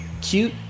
cute